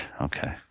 Okay